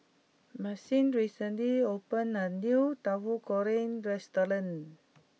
Maxim recently opened a new Tauhu Goreng restaurant